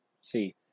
see